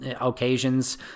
occasions